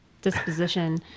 disposition